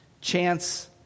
chance